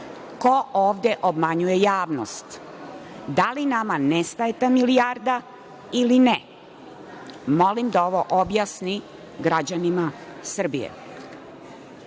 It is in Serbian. ko ovde obmanjuje javnost? Da li nama nestaje ta milijarda ili ne? Molim da ovo objasni građanima Srbije. Sledeće